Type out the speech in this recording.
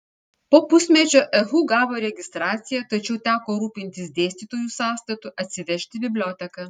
po pusmečio ehu gavo registraciją tačiau teko rūpintis dėstytojų sąstatu atsivežti biblioteką